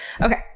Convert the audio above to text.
Okay